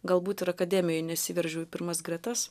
galbūt ir akademijoj nesiveržiau į pirmas gretas